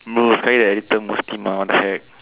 bro I was telling you that uh what the heck